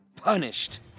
punished